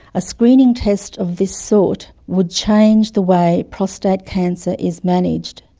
a screening test of this sort would change the way prostate cancer is managed.